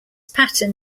pattern